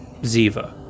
Ziva